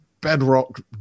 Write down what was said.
bedrock